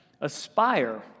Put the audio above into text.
aspire